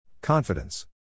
Confidence